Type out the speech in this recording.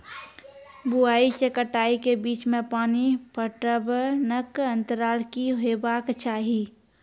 बुआई से कटाई के बीच मे पानि पटबनक अन्तराल की हेबाक चाही?